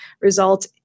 result